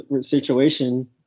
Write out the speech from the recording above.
situation